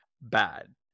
bad